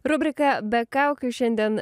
rubrika be kaukių šiandien